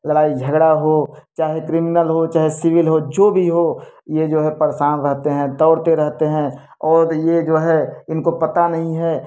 लड़ाई झगड़ा हो चाहे क्रिमिनल हो चाहे सिविल हो जो भी हो ये जो है परेशान रहते हैं दौड़ते रहते हैं और ये जो है इनको पता नहीं है